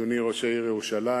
אדוני ראש העיר ירושלים,